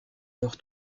leur